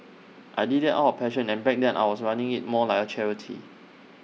I did that out of passion and back then I was running IT more like A charity